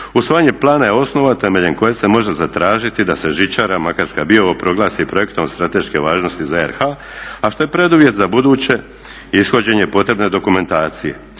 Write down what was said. Usvajanje plana je osnova temeljem koje se može zatražiti da se žičara Makarska-Biokovo proglasi projektom od strateške važnosti za RH, a što je preduvjet za buduće ishođenje potrebne dokumentacije.